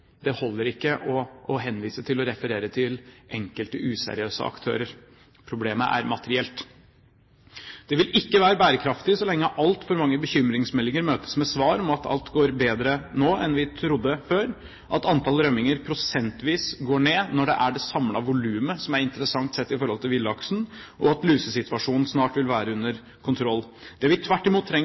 Det holder ikke å henvise og referere til enkelte useriøse aktører. Problemet er materielt. Næringen vil ikke være bærekraftig så lenge altfor mange bekymringsmeldinger møtes med svar om at alt går bedre enn vi trodde før, at antall rømninger prosentvis går ned, når det er det samlede volumet som er interessant sett i forhold til villaksen, og at lusesituasjonen snart vil være under kontroll. Det vi tvert imot trenger,